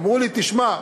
אמרו לי: תשמע,